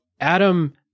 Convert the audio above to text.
Adam